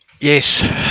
Yes